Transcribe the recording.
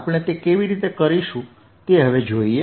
આપણે તે કેવી રીતે કરીશું તે જોઈએ